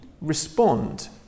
respond